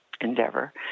endeavor